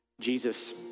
Jesus